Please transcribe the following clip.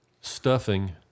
stuffing